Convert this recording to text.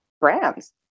brands